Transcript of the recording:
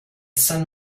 saint